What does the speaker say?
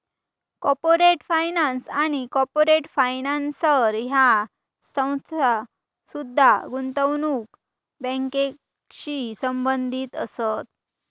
corporate finance आणि corporate financer ह्या संज्ञा सुद्धा गुंतवणूक बँकिंगशी संबंधित असत